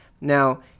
Now